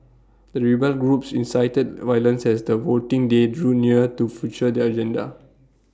the rebel groups incited violence as the voting day drew near to future their agenda